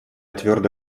твердо